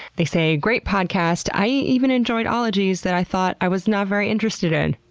they say great podcast. i even enjoyed ologies that i thought i was not very interested in.